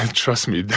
trust me,